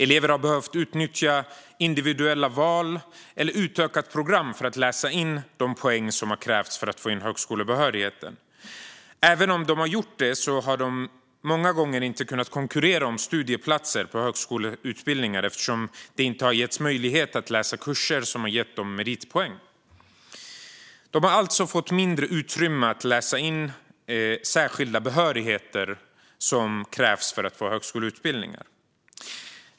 Elever har behövt utnyttja individuella val eller utökat program för att läsa in de poäng som krävts för att få högskolebehörigheten. Även om de har gjort det har de många gånger inte kunnat konkurrera om studieplatser på högskoleutbildningar eftersom det inte har getts möjlighet att läsa kurser som har gett dem meritpoäng. De har alltså fått mindre utrymme att läsa in särskilda behörigheter som krävs för att få högskoleutbildningar.